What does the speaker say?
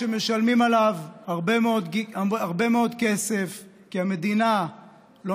שמשלמים עליו הרבה מאוד כסף כי המדינה לא